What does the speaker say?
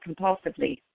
compulsively